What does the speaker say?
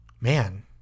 Man